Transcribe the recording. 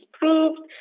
proved